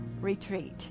retreat